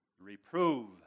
reprove